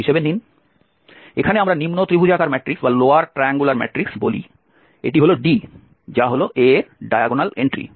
এখানে আমরা নিম্ন ত্রিভুজাকার ম্যাট্রিক্স বলি এটি হল D যা হল A এর ডায়াগোনাল এন্ট্রি